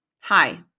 hi